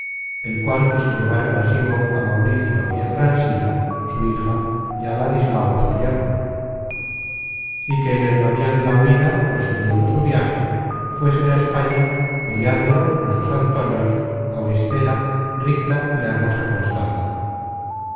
el cual quiso llevar consigo á mauricio y á transila su hija y á ladislao su yerno y que en el navío de la huida prosiguiendo su viaje fuesen á españa periandro los dos antonios auristela ricla y la hermosa constanza